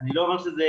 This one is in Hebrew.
אני לא אומר שזה.